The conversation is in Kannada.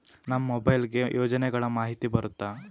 ನಮ್ ಮೊಬೈಲ್ ಗೆ ಯೋಜನೆ ಗಳಮಾಹಿತಿ ಬರುತ್ತ?